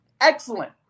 excellent